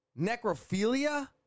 necrophilia